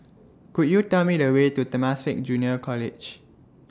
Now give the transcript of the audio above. Could YOU Tell Me The Way to Temasek Junior College